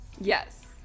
Yes